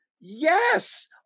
Yes